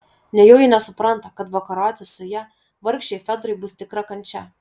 nejau ji nesupranta kad vakaroti su ja vargšei fedrai bus tikra kančia